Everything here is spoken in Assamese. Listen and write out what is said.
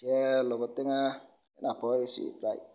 এতিয়া ৰৱাব টেঙা নাপোৱাই হৈছে প্ৰায়